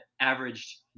averaged